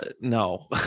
no